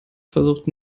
versuchte